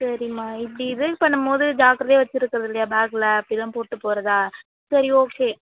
சரிம்மா இப்படி பண்ணும்போது ஜாக்கிரதையாக வைச்சிருக்கறதில்லையா பேக்கில் அப்படி தான் போட்டு போகிறதா சரி ஓகே